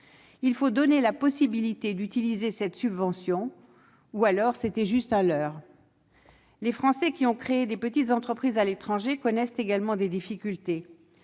Il faut donner la possibilité d'utiliser cette subvention, à moins qu'elle ne soit qu'un leurre ... Les Français qui ont créé de petites entreprises à l'étranger connaissent également des difficultés.